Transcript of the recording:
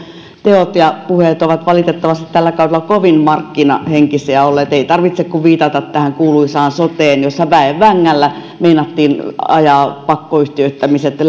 teot ja puheet ovat valitettavasti tällä kaudella kovin markkinahenkisiä olleet ei tarvitse kuin viitata tähän kuuluisaan soteen jossa väen vängällä meinattiin ajaa pakkoyhtiöittämiset